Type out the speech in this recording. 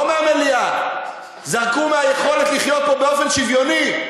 לא מהמליאה, זרקו מהיכולת לחיות פה באופן שוויוני.